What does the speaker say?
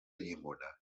llimona